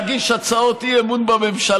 אתם יכולים להמשיך להגיש הצעות אי-אמון בממשלה